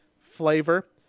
flavor